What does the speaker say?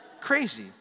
crazy